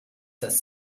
das